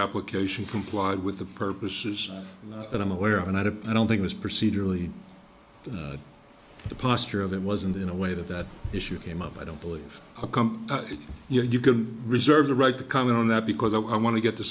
application complied with the purposes that i'm aware of and i don't i don't think was procedurally the posture of it wasn't in a way that that issue came up i don't believe how come you can reserve the right to comment on that because i want to get to